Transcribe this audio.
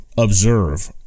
Observe